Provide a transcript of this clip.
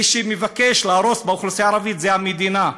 מי שמבקש להרוס באוכלוסייה הערבית זאת המדינה.